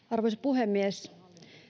arvoisa puhemies